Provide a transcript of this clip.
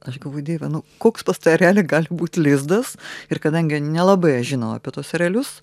aš galvoju dieve nu koks pas tą erelį gali būt lizdas ir kadangi nelabai aš žinau apie tuos erelius